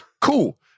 cool